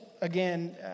again